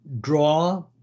draw